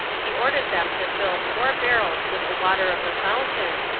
he ordered them to fill four barrels with the water of the fountain,